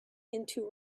into